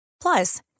Plus